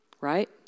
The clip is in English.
Right